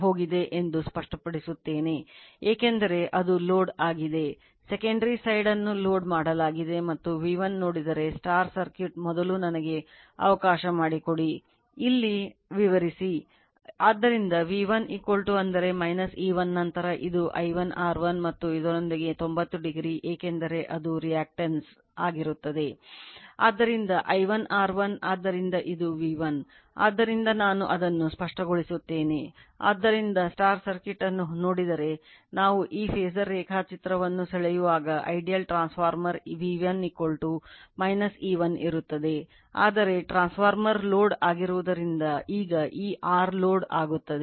ಆದ್ದರಿಂದ ಅದಕ್ಕಾಗಿಯೇ V1 E1 I1 R1 j I1 X1 ಅದಕ್ಕಾಗಿಯೇ ಈ ಫಾಸರ್ ರೇಖಾಚಿತ್ರದಲ್ಲಿ V1 E1 I1 R1 j I1 X1 ಆಗಿದೆ